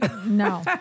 No